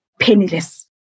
penniless